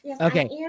Okay